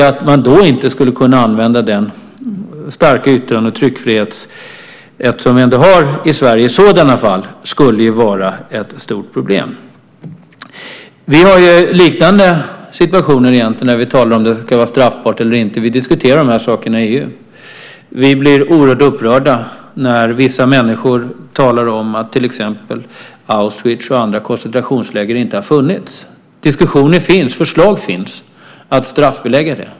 Att man då inte skulle kunna använda den starka yttrande och tryckfriheten - vi har ju ändå sådana fall i Sverige - skulle ju vara ett stort problem. Vi har liknande situationer när vi talar om det ska vara straffbart eller inte. Vi diskuterar de här sakerna i EU. Vi blir oerhört upprörda när vissa människor talar om till exempel att Auschwitz och andra koncentrationsläger inte har funnits. Diskussionen finns. Förslag finns att straffbelägga det.